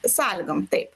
sąlygom taip